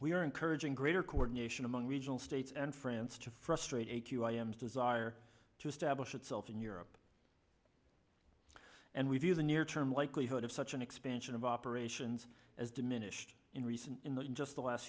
we are encouraging greater coordination among regional states and france to frustrate a q i m desire to establish itself in europe and we view the near term likelihood of such an expansion of operations as diminished in recent in the in just the last